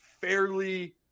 fairly